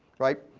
right.